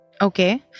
okay